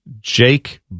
Jake